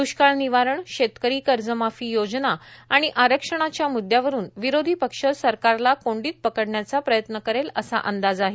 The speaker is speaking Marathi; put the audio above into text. दुष्काळ निवारण शेतकरी कर्जमाफी योजना आणि आरक्षणाच्या मुददयावरून विरोधी पक्ष सरकारला कोंडीत पकडण्याचा प्रयत्न करेल असा अंदाज आहे